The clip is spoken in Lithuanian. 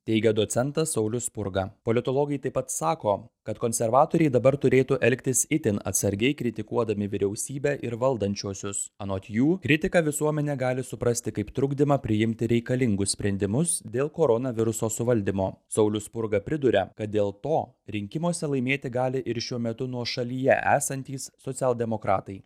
teigia docentas saulius spurga politologai taip pat sako kad konservatoriai dabar turėtų elgtis itin atsargiai kritikuodami vyriausybę ir valdančiuosius anot jų kritiką visuomenė gali suprasti kaip trukdymą priimti reikalingus sprendimus dėl koronaviruso suvaldymo saulius spurga priduria kad dėl to rinkimuose laimėti gali ir šiuo metu nuošalyje esantys socialdemokratai